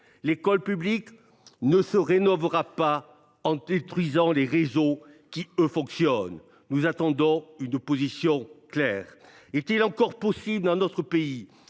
L’école publique ne se rénovera pas en détruisant les réseaux qui, eux, fonctionnent. Nous attendons une position claire sur ce sujet : est il encore possible, dans notre pays,